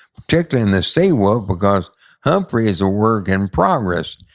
particularly in the sea wolf, because humphrey is a work in progress.